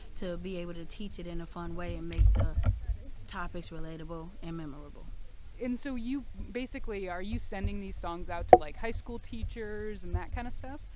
to be able to teach it in a fun way and make the topics relatable and memorable and so you basically, are you sending these songs out to, like, high school teachers and that kind of stuff?